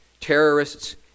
terrorists